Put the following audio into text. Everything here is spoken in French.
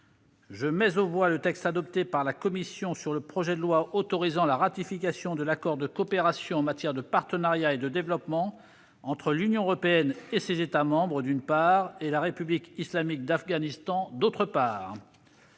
Je mets aux voix le texte adopté par la commission sur le projet de loi autorisant la ratification de l'accord de coopération en matière de partenariat et de développement entre l'Union européenne et ses États membres, d'une part, et la République islamique d'Afghanistan, d'autre part